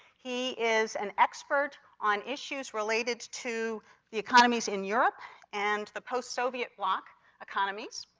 he is an expert on issues related to the economies in europe and the post soviet bloc economies.